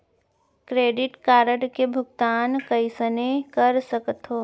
Credit card के भुगतान कईसने कर सकथो?